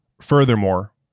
Furthermore